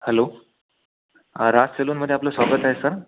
hello हां राज सलूनमध्ये आपलं स्वागत आहे सर